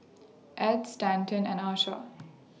Edd Stanton and Asha